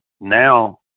now